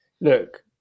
Look